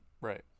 Right